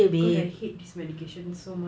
god I hate this medication so much